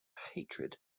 hatred